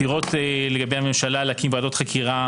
עתירות לגבי הממשלה להקים ועדות חקירה